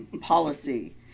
policy